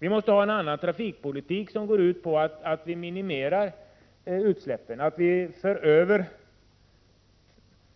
Vi måste få en annan trafikpolitik, som går ut på att minimera utsläppen och på att föra över